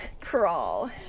crawl